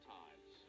times